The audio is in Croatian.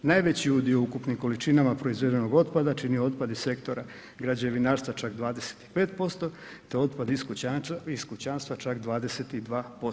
Najveći udio ukupnim količinama proizvedenog otpada čini otpad iz sektora građevinarstva, čak 25% te otpad iz kućanstva čak 22%